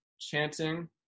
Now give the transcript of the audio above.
chanting